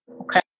Okay